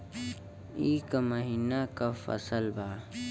ई क महिना क फसल बा?